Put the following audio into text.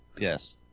Yes